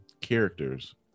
characters